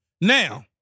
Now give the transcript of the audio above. Now